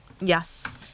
yes